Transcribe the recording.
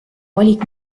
valik